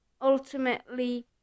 ultimately